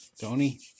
Tony